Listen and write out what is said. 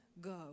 go